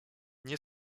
nie